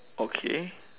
okay